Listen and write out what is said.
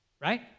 Right